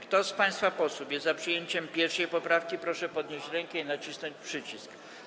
Kto z państwa posłów jest za przyjęciem 1. poprawki, proszę podnieść rękę i nacisnąć przycisk.